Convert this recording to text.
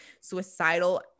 suicidal